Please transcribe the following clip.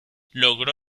logró